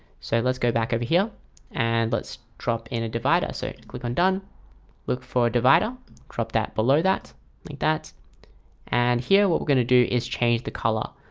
so let's go back over here and let's drop in a divider so click on done look for a divider drop that below that like that and here what we're gonna do is change the color.